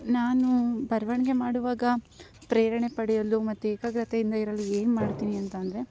ನಾನು ಬರವಣ್ಗೆ ಮಾಡುವಾಗ ಪ್ರೇರಣೆ ಪಡೆಯಲು ಮತ್ತು ಏಕಾಗ್ರತೆಯಿಂದ ಇರಲು ಏನುಮಾಡ್ತಿನಿ ಅಂತಂದರೆ